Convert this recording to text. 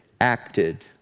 acted